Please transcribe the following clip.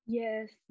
yes